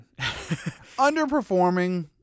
Underperforming